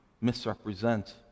misrepresent